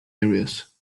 areas